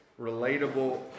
relatable